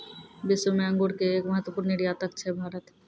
विश्व मॅ अंगूर के एक महत्वपूर्ण निर्यातक छै भारत